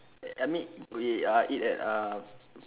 eh I mean we ah eat at uh